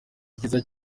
ryiza